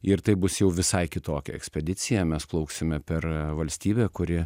ir tai bus jau visai kitokia ekspedicija mes plauksime per valstybę kuri